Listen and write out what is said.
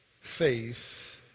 faith